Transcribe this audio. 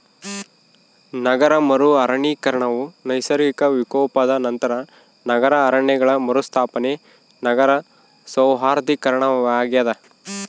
ನಗರ ಮರು ಅರಣ್ಯೀಕರಣವು ನೈಸರ್ಗಿಕ ವಿಕೋಪದ ನಂತರ ನಗರ ಅರಣ್ಯಗಳ ಮರುಸ್ಥಾಪನೆ ನಗರ ಸೌಂದರ್ಯೀಕರಣವಾಗ್ಯದ